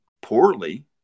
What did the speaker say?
poorly